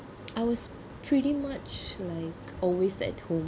I was pretty much like always at home